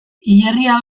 hilerria